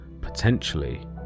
potentially